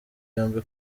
yombi